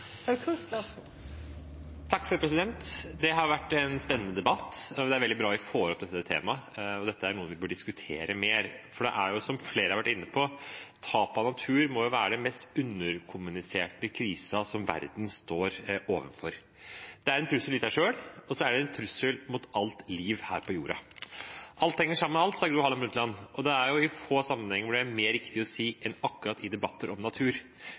veldig bra at vi får opp dette temaet. Dette er noe vi bør diskutere mer, for tap av natur må jo være, som flere har vært inne på, den mest underkommuniserte krisen verden står overfor. Det er en trussel i seg selv, og så er det en trussel mot alt liv her på jorda. Alt henger sammen med alt, sa Gro Harlem Brundtland, og det er i få sammenhenger det er mer riktig å si enn akkurat i debatter om natur.